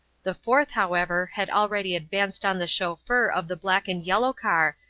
the fourth, however, had already advanced on the chauffeur of the black-and-yellow car,